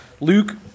Luke